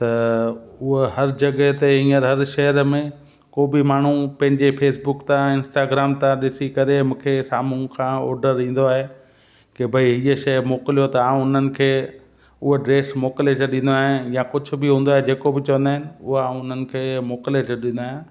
त उहो हर जॻहि ते हींअर हर शहर में को बि माण्हू पंहिंजे फेसबुक था इंस्टाग्राम था ॾिसी करे मूंखे सामुहूं खां ऑडर ईंदो आहे कि भई हीअ शइ मोकिलियो त आऊं उन्हनि खे उहो ड्रेस मोकिले छॾींदो आहियां या कुझु बि हूंदो आहे जेको बि चवंदा आहिनि उहा उन्हनि खे मोकिले छॾींदो आहियां